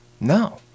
No